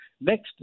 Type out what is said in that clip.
next